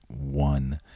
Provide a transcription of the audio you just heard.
one